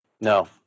No